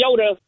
Yoda